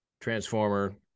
Transformer